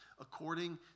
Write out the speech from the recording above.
according